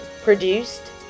produced